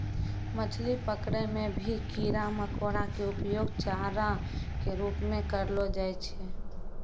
मछली पकड़ै मॅ भी कीड़ा मकोड़ा के उपयोग चारा के रूप म करलो जाय छै